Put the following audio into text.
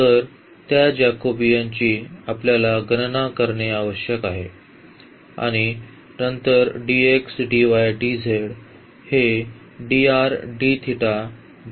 तर त्या जाकोबियनची आपल्याला गणना करणे आवश्यक आहे आणि नंतर dx dy dz हे होईल